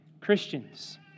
Christians